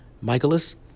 Michaelis